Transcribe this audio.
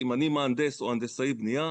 אם אני מהנדס או הנדסאי בנייה,